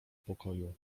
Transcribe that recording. pokoju